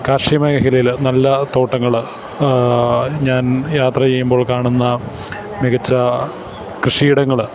കാർഷി മേഖലയില് നല്ല തോട്ടങ്ങള് ഞാൻ യാത്ര ചെയ്യുമ്പോൾ കാണുന്ന മികച്ച കൃഷിയിടങ്ങള്